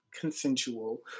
consensual